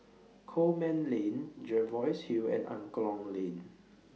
Coleman Lane Jervois Hill and Angklong Lane